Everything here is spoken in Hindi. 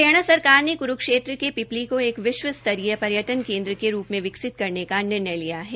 हरियाणा सरकार ने क्रूक्षेत्र के पिपली को एक विश्व स्तरीय पर्यटन केन्द्र के रूप में विकसित करने का निर्णय लिया है